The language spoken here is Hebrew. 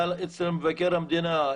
היה אצלנו מבקר המדינה.